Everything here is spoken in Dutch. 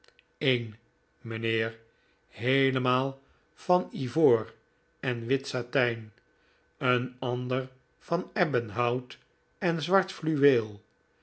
een mijnheer heelemaal van ivoor en wit satijn een ander van ebbenhout en zwart fluweel